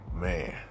man